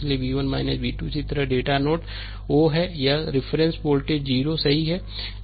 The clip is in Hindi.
इसलिए v 1 v 2 इसी तरह यह डेटा नोड ओ है यह रिफरेंस वोल्टेज 0 है सही है